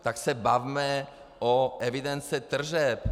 Tak se bavme o evidenci tržeb.